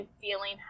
feeling